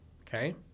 Okay